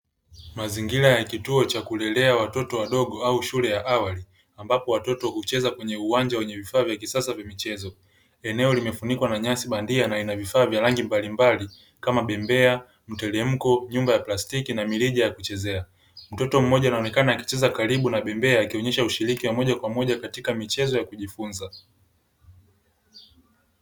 Mazingira ya cha kulelea watoto wadogo au shule ya awali. Ambapo watoto hucheza kwenye uwanja wenye vifaa vya kisasa vya michezo. Eneo limefunikwa na nyasi bandia na ina vifaa vya rangi mbalimbali kama bembea mteremko, nyumba ya plastiki na mirija ya kuchezea. Mtoto mmoja anaonekana akicheza karibu na bembea akionyesha ushiriki wa moja kwa moja katika michezo ya kujifunza.